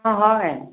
অঁ হয়